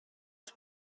els